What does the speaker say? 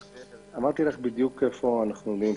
אמרתי בדיוק איפה אנחנו עומדים.